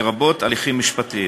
לרבות הליכים משפטיים.